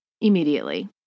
immediately